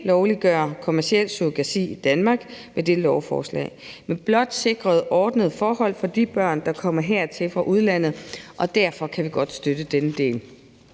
lovliggør kommerciel surrogati i Danmark med dette lovforslag, man blot sikrer ordnede forhold for de børn, der kommer hertil fra udlandet, og derfor kan vi godt støtte den del.